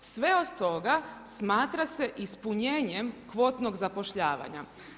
Sve od toga smatra se ispunjenjem kvotnog zapošljavanja.